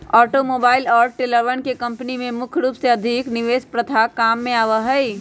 automobile और ट्रेलरवन के कम्पनी में मुख्य रूप से अधिक निवेश प्रथा काम में आवा हई